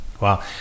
Wow